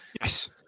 Yes